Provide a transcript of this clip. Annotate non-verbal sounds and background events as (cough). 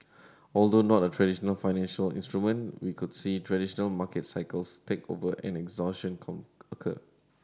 although not a traditional financial instrument we could see traditional market cycles take over and exhaustion (unintelligible) occur